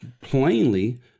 plainly